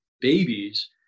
babies